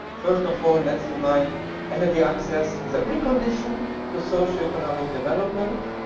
first of all, let's remind energy access is a precondition to socioeconomic development.